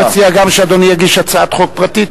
אני מציע שאדוני גם יגיש הצעת חוק פרטית.